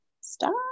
stop